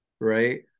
right